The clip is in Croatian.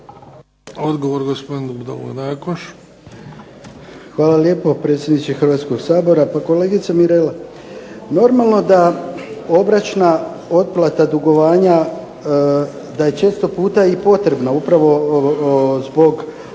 Dragutin (SDP)** Hvala lijepo predsjedniče Hrvatskog sabora. Pa kolegice Mirela, normalno da obročna otplata dugovanja da je često puta i potrebna upravo zbog